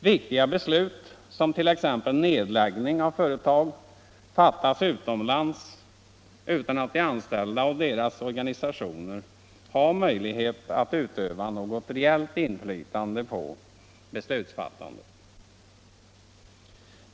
Viktiga beslut om t.ex. nedläggning av företag fattas utomlands utan att de anställda och deras organisationer har möjlighet att utöva något reellt inflytande på beslutsfattandet.